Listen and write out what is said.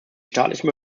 staatlichen